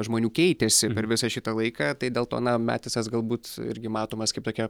žmonių keitėsi per visą šitą laiką tai dėl to na metisas galbūt irgi matomas kaip tokia